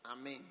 Amen